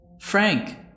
frank